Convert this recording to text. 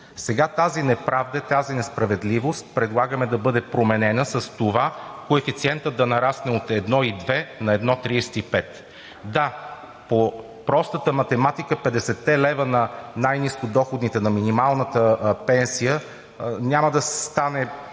Сега тази неправда, тази несправедливост предлагаме да бъде променена с това коефициентът да нарасне от 1,2 на 1,35. Да, по простата математика 50-те лева на най-нискодоходните, на минималната пенсия няма да стане